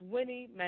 Winnie